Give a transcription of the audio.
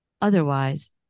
Otherwise